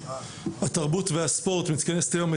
התרבות והספורט מתכנסת היום,